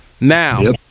Now